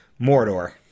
Mordor